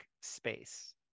space